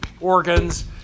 organs